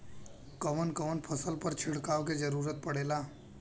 कवन कवन फसल पर छिड़काव के जरूरत पड़ेला?